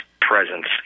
presence